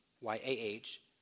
Y-A-H